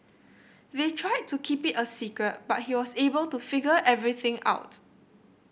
they tried to keep it a secret but he was able to figure everything out